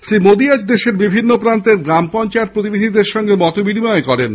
শ্রী মোদী আজ দেশের বিভিন্ন প্রান্তের গ্রাম পঞ্চায়েতে প্রতিনিধির সঙ্গে মত বিনিময় করেন